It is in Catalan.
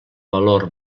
valor